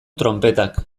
tronpetak